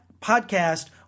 podcast